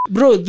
Bro